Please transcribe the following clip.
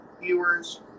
viewers